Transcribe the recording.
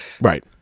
right